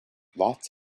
lots